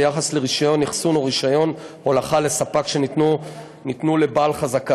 ביחס לרישיון אחסון או רישיון הולכה לספק שניתנו לבעל חזקה,